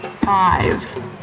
Five